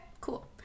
cool